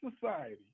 society